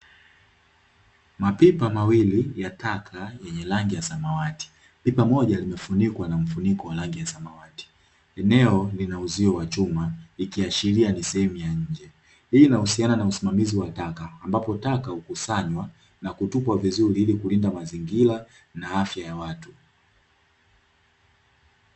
Mapipa mawili ya taka yenye rangi ya samawati, pipa moja limefunikwa na mfuniko wa rangi ya samawati, eneo lina uzio wa chuma ikiashiria ni sehemu ya nje, hii inahusiana na usimamizi wa taka ambapo taka hukusanywa na kutupwa vizuri ili kulinda mazingira na afya ya watu.